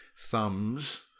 thumbs